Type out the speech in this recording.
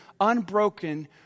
unbroken